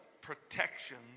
protections